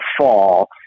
fall